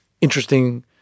interesting